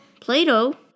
Plato